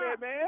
man